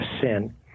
sin